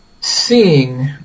seeing